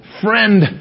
friend